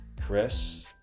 Chris